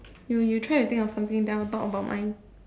you you try and think of something then I'll talk about mine